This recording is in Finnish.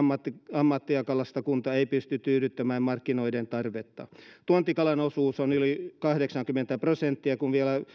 ammattikalastajakunta ei pysty tyydyttämään markkinoiden tarvetta tuontikalan osuus on yli kahdeksankymmentä prosenttia kun vielä